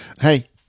Hey